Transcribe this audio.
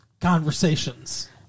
conversations